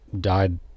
died